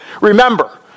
Remember